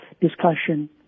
discussion